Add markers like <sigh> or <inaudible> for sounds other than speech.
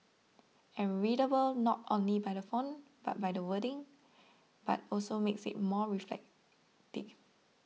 and readable not only by the font but by the wordings but also make it more <unintelligible>